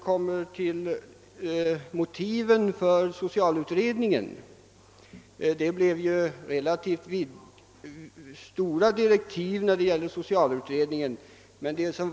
Beträffande motiven för socialutredningen vill jag framhålla att direktiven för utredningen visserligen blev mycket omfattande.